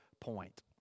point